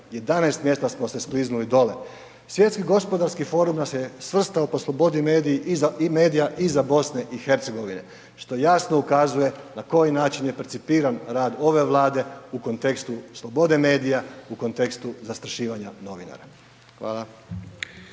11 mjesta smo se skliznuli dole. Svjetski gospodarski forum nas je svrstao po slobodi medija iza BiH, što jasno ukazuje na koji način je percipiran rad ove Vlade u kontekstu slobode medija, u kontekstu zastrašivanja novinara. Hvala.